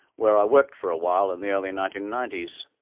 where i worked for a while in the early nineteen ninety s.